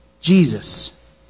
Jesus